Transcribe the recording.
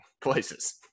places